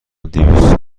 دویست